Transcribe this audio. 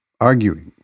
arguing